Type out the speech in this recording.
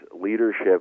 Leadership